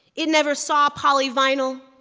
it never saw polyvinyl,